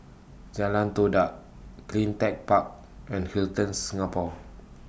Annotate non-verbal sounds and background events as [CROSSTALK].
Jalan Todak CleanTech Park and Hilton Singapore [NOISE]